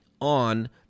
on